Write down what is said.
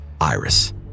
Iris